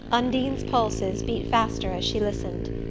undine's pulses beat faster as she listened.